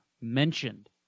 mentioned